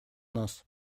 нас